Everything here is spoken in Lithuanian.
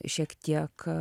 šiek tiek